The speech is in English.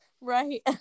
right